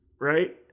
right